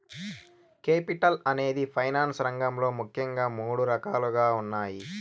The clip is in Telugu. కేపిటల్ అనేది ఫైనాన్స్ రంగంలో ముఖ్యంగా మూడు రకాలుగా ఉన్నాయి